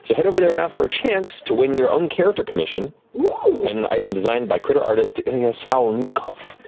so head over there now for a chance to win your own character commission and an item designed by critter artist ilya salnikov,